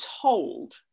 told